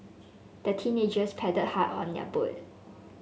the teenagers paddled hard on their boat